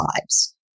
lives